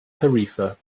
tarifa